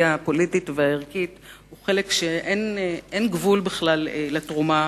הפוליטית והערכית הוא חלק שאין בכלל גבול לתרומה